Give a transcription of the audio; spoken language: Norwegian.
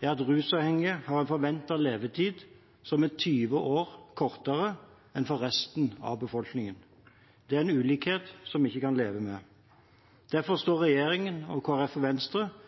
er at rusavhengige har en forventet levetid som er tjue år kortere enn for resten av befolkningen. Det er en ulikhet vi ikke kan leve med. Derfor står regjeringen, Kristelig Folkeparti og Venstre